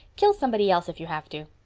kill somebody else if you have to.